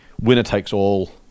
winner-takes-all